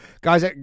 guys